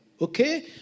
Okay